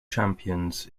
champions